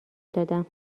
دادم